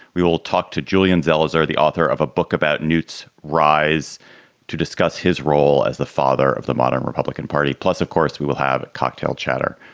we will talk to julian zelizer, the author of a book about newt's rise to discuss his role as the father of the modern republican party. plus, of course, we will have cocktail chatter.